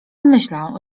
myślał